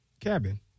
cabin